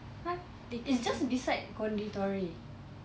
!huh! it's just beside konditori